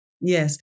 Yes